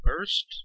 first